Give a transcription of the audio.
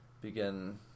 begin